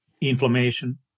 inflammation